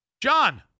John